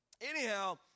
anyhow